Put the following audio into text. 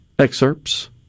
excerpts